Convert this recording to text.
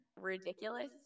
ridiculous